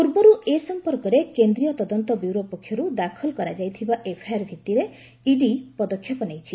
ପୂର୍ବରୁ ଏ ସଂପର୍କରେ କେନ୍ଦ୍ରୀୟ ତଦନ୍ତ ବ୍ୟୁରୋ ପକ୍ଷରୁ ଦାଖଲ କରାଯାଇଥିବା ଏଫଆଇଆର ଭିତ୍ତିରେ ଇଡି ପଦକ୍ଷେପ ନେଇଛି